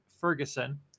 Ferguson